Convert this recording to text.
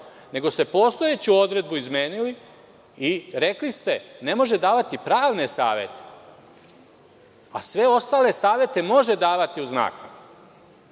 nego ste postojeću odredbu izmenili i rekli ste – ne može davati pravne savete, a sve ostale savete može davati uz